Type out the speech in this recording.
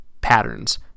patterns